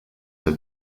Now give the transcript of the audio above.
have